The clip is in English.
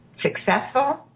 successful